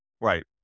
right